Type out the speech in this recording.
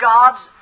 God's